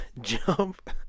jump